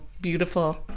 Beautiful